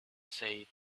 said